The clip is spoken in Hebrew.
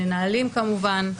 מנהלים כמובן,